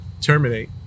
terminate